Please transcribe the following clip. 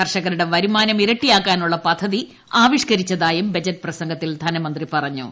കർഷകരുടെ വരുമാനം ഇരട്ടിയാക്കാനുള്ള പദ്ധതി ആവിഷ്കരിച്ചതായും ബജറ്റ് പ്രസംഗത്തിൽ ധനമന്ത്രി പറഞ്ഞു